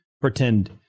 pretend